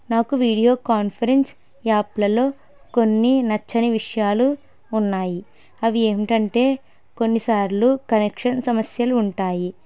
నాకు video conference యాప్లలో కొన్ని నచ్చని విషయాలు ఉన్నాయి అవి ఏమిటంటే కొన్నిసార్లు కనెక్షన్ సమస్యలు ఉంటాయి